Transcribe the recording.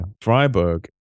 Freiburg